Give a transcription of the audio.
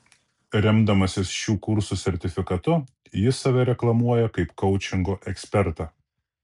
remdamasis šių kursų sertifikatu jis save reklamuoja kaip koučingo ekspertą